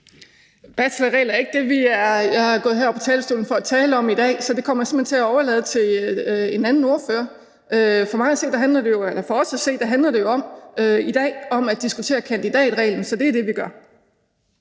bachelorregel er ikke det, jeg er gået herop på talerstolen for at tale om i dag, så det kommer jeg simpelt hen til at overlade til en anden ordfører. For os at se handler det jo i dag om at diskutere kandidatreglen, så det er det, vi gør.